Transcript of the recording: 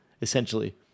Essentially